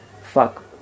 Fuck